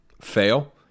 fail